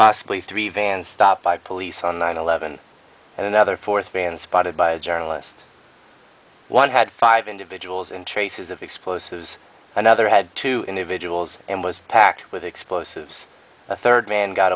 possibly three vans stopped by police on nine eleven and another fourth van spotted by a journalist one had five individuals and traces of explosives another had two individuals and was packed with explosives a third man got